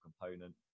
component